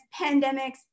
pandemics